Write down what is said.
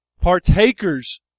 Partakers